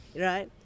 right